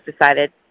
decided